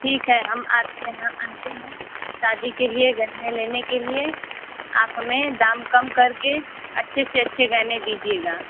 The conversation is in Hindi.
ठीक है हम आपके यहाँ आते हैं शादी के लिये गहने लेने के लिये आप हमें दाम कम करके अच्छे से अच्छे गहने दीजियेगा